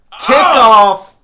kickoff